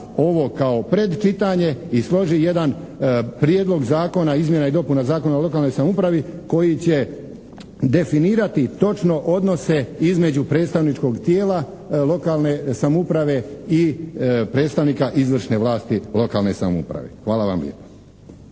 ovo kao predčitanje i složi jedan Prijedlog zakona izmjena i dopuna Zakona o lokalnoj samoupravi koji će definirati točno odnose između predstavničkog tijela lokalne samouprave i predstavnika izvršne vlasti lokalne samouprave. Hvala vam lijepa.